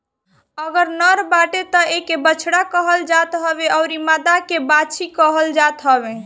अगर नर बाटे तअ एके बछड़ा कहल जात हवे अउरी मादा के बाछी कहल जाता हवे